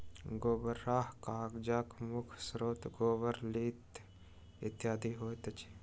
गोबराहा कागजक मुख्य स्रोत गोबर, लीद इत्यादि होइत अछि